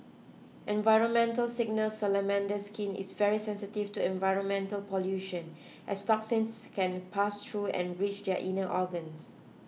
environmental signals Salamander skin is very sensitive to environmental pollution as toxins can pass through and reach their inner organs